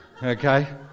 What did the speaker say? okay